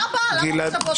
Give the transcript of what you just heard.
בשנה הבאה, למה שבועות?